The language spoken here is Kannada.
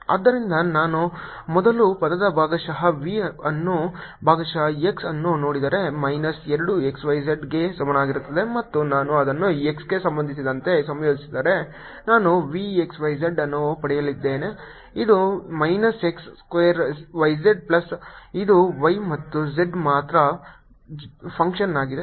ಆದ್ದರಿಂದ ನಾನು ಮೊದಲ ಪದದ ಭಾಗಶಃ v ಅನ್ನು ಭಾಗಶಃ x ಅನ್ನು ನೋಡಿದರೆ ಮೈನಸ್ 2 xyz ಗೆ ಸಮನಾಗಿರುತ್ತದೆ ಮತ್ತು ನಾನು ಅದನ್ನು x ಗೆ ಸಂಬಂಧಿಸಿದಂತೆ ಸಂಯೋಜಿಸಿದರೆ ನಾನು vxyz ಅನ್ನು ಪಡೆಯಲಿದ್ದೇನೆ ಇದು minus x square yz plus ಇದು y ಮತ್ತು z ಮಾತ್ರ ಫಂಕ್ಷನ್ ಆಗಿದೆ